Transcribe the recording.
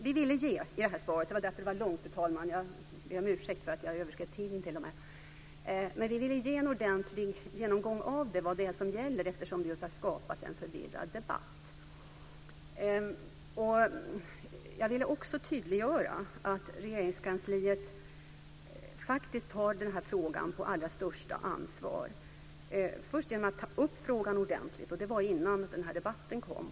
Vi ville i svaret, det var därför det var långt, fru talman, och jag ber om ursäkt för att jag överskred tiden, ge en ordentlig genomgång av vad det är som gäller eftersom det just har skapat en förvirrad debatt. Jag ville också tydliggöra att Regeringskansliet faktiskt tar det allra största ansvar för den här frågan, först och främst genom att ta upp frågan ordentligt. Det var innan den här debatten kom.